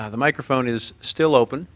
the microphone is still open